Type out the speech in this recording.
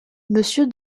monsieur